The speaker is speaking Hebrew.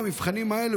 במבחנים האלה,